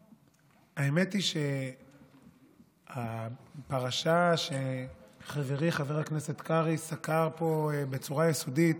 האמת היא שהפרשה שחברי חבר הכנסת קרעי סקר פה בצורה יסודית